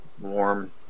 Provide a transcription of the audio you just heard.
warm